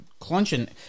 clunching